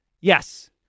Yes